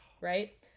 right